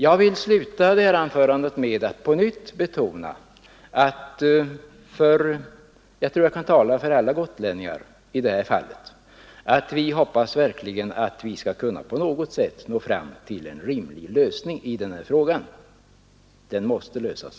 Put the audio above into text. Jag vill avsluta detta anförande med att på nytt betona — jag tror jag kan tala för alla gotlänningar i detta fall — att vi verkligen hoppas att vi på något sätt skall kunna nå fram till en rimlig lösning. Problemet måste ju lösas.